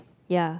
ya